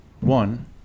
One